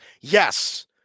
Yes